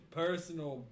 personal